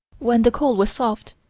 when the coal was soft,